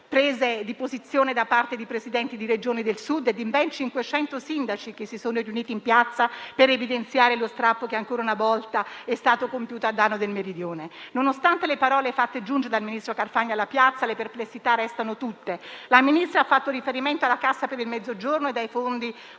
prese di posizione da parte dei presidenti di Regioni del Sud e di ben 500 sindaci che si sono riuniti in piazza per evidenziare lo strappo che ancora una volta è stato compiuto a danno del Meridione. Nonostante le parole fatte giungere dal ministro Carfagna alla piazza, le perplessità restano tutte. La Ministra ha fatto riferimento alla Cassa per il Mezzogiorno, ai Fondi